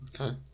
Okay